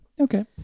Okay